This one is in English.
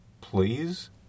Please